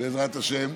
בעזרת השם,